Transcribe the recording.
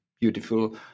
beautiful